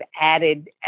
added